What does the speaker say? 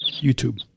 YouTube